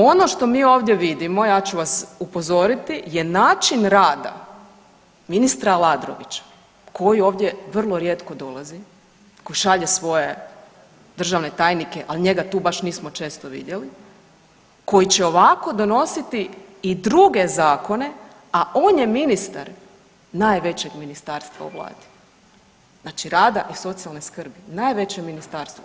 Ono što mi ovdje vidimo, ja ću vas upozoriti, je način rada ministra Aladrovića koji ovdje vrlo rijetko dolazi, koji šalje svoje državne tajnike, ali njega tu baš nismo često vidjeli, koji će ovako donositi i druge zakone, a on je ministar najvećeg ministarstva u Vladi znači rada i socijalne skrbi najveće ministarstvo.